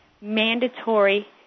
mandatory